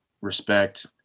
respect